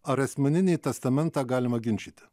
ar asmeninį testamentą galima ginčyti